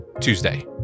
Tuesday